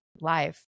life